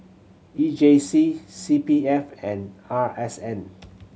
E J C C P F and R S N